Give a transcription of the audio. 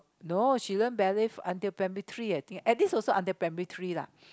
no she learn ballet until primary three at least also until primary three lah